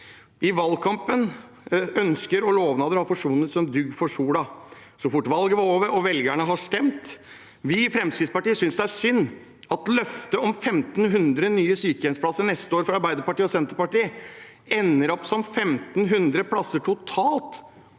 Valgkampens ønsker og lovnader forsvant som dugg for sola så fort valget var over og velgerne hadde stemt. Vi i Fremskrittspartiet synes det er synd at løftet om 1 500 nye sykehjemsplasser neste år fra Arbeiderpartiet og Senterpartiet ender opp som 1 500 plasser totalt